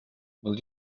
will